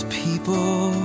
people